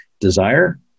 desire